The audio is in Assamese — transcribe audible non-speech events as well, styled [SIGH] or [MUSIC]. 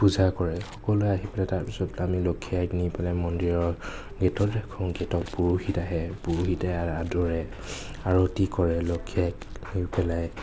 পূজা কৰে সকলোৱে আহি পেলাই তাৰপিছত আমি লক্ষ্মী আইক নি পেলাই মন্দিৰৰ ভিতৰত ৰাখোঁ [UNINTELLIGIBLE] পুৰোহিত আহে পুৰোহিতে আদৰে আৰতি কৰে লক্ষ্মী আইক [UNINTELLIGIBLE] পেলাই